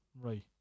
Right